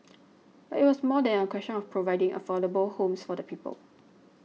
but it was more than a question of providing affordable homes for the people